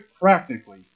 practically